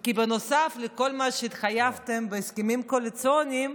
כי נוסף לכל מה שהתחייבתם בהסכמים הקואליציוניים,